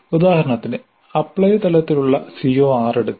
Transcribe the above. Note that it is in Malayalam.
ഉദാഹരണത്തിന് അപ്ലൈ തലത്തിലുള്ള CO6 എടുക്കുക